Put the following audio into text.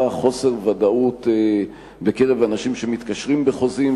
חוסר ודאות בקרב אנשים שמתקשרים בחוזים,